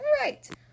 right